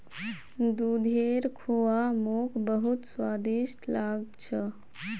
दूधेर खुआ मोक बहुत स्वादिष्ट लाग छ